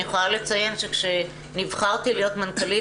אני יכולה לציין שכשנבחרתי להיות מנכ"לית